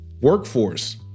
workforce